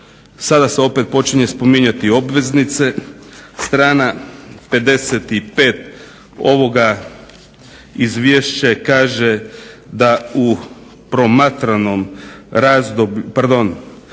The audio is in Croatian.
Sada se opet počinje spominjati obveznice. Strana 55 ovoga izvješća kaže da je tržišna kapitalizacija